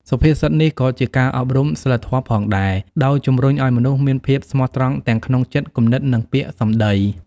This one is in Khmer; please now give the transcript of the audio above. សុភាសិតនេះក៏ជាការអប់រំសីលធម៌ផងដែរ ដោយជំរុញឱ្យមនុស្សមានភាពស្មោះត្រង់ទាំងក្នុងចិត្តគំនិត និងពាក្យសម្ដី។